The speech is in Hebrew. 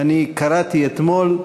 ואני קראתי אתמול,